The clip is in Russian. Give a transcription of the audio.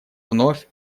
вновь